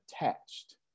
attached